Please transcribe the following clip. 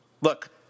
Look